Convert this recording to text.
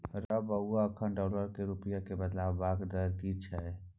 रौ बौआ अखन डॉलर सँ रूपिया केँ बदलबाक दर की छै?